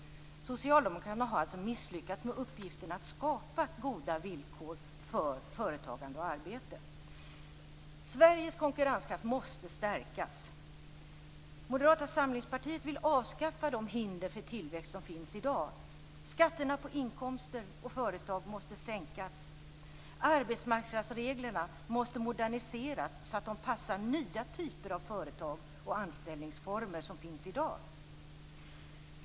Socialdemokraterna har alltså misslyckats med uppgiften att skapa goda villkor för företagande och arbete. Sveriges konkurrenskraft måste stärkas. Moderata samlingspartiet vill avskaffa de hinder för tillväxt som finns i dag. Skatterna på inkomster och företag måste sänkas. Arbetsmarknadsreglerna måste moderniseras så att de passar nya typer av företag och anställningsformer som finns i dag.